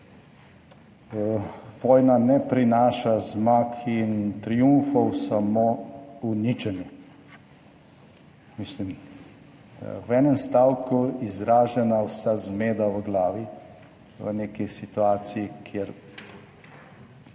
Vojna ne prinaša zmag in triumfov, samo uničenje.« Mislim, v enem stavku izražena vsa zmeda v glavi v neki situaciji, kjer